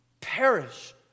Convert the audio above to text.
perish